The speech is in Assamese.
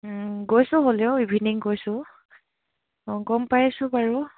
গৈছোঁ হ'লেও ইভিনিং গৈছোঁ অঁ গম পাইছোঁ বাৰু